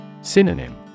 Synonym